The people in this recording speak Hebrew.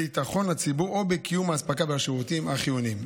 ביטחון הציבור או בקיום האספקה והשירותים החיוניים.